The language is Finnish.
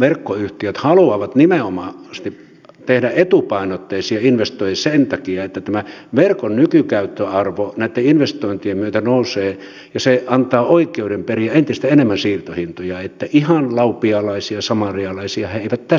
verkkoyhtiöt haluavat nimenomaisesti tehdä etupainotteisia investointeja sen takia että tämä verkon nykykäyttöarvo näitten investointien myötä nousee ja se antaa oikeuden periä entistä enemmän siirtohintoja niin että ihan laupiaita samarialaisia he eivät tässäkään asiassa ole